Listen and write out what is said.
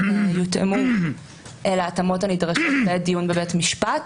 שיותאמו להתאמות הנדרשות לדיון בבית משפט,